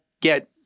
get